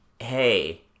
hey